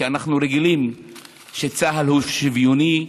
כי אנחנו רגילים שצה"ל הוא שוויוני,